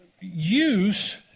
use